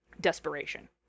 desperation